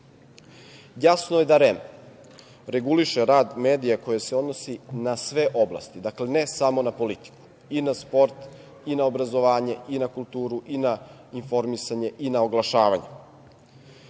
je da REM reguliše rad medija koji se odnosi na sve oblasti. Dakle ne samo na politiku, i na sport, i na obrazovanje i na kulturu, i na informisanje i na oglašavanje.